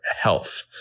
health